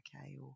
okay